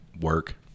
work